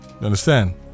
understand